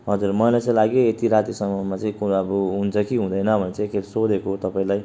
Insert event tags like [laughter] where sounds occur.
हजर मलाई चाहिँ लाग्यो यति रातिसम्ममा चाहिँ [unintelligible] हुन्छ कि हुँदैन भनेर चाहिँ एकखेप सोधेको तपाईँलाई